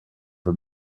for